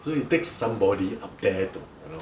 so it takes somebody up there to you know